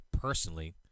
personally